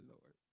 Lord